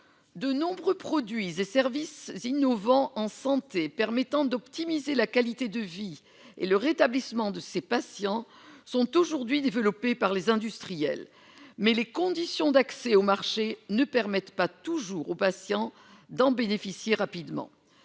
de nombreux produits et services innovants en santé permettant d'optimiser la qualité de vie et le rétablissement de ses patients sont aujourd'hui développés par les industriels, mais les conditions d'accès au marché ne permettent pas toujours aux patients d'en bénéficier rapidement